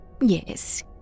Yes